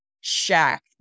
shack